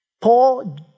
Paul